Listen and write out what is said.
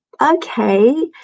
Okay